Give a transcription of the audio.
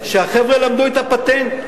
שהחבר'ה למדו את הפטנט.